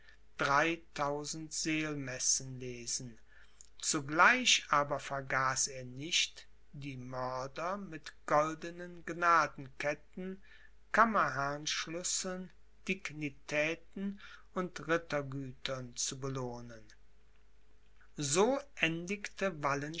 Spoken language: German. dreitausend seelmessen lesen zugleich aber vergaß er nicht die mörder mit goldenen gnadenketten kammerherrnschlüsseln dignitäten und rittergütern zu belohnen so